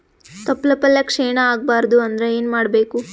ತೊಪ್ಲಪಲ್ಯ ಕ್ಷೀಣ ಆಗಬಾರದು ಅಂದ್ರ ಏನ ಮಾಡಬೇಕು?